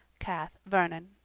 cath. vernon.